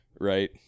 right